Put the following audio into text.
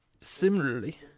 Similarly